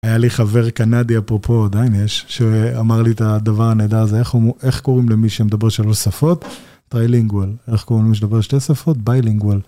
היה לי חבר קנדי אפרופו עדיין יש שאמר לי את הדבר הנהדר הזה, איך קוראים למי שמדבר שלוש שפות - טריילינגואל, איך קוראים למי שדבר שתי שפות - ביילינגואל.